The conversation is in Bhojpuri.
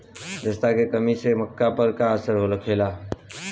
जस्ता के कमी से मक्का पर का असर होखेला?